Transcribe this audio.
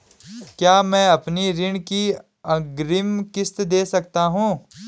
क्या मैं अपनी ऋण की अग्रिम किश्त दें सकता हूँ?